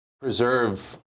preserve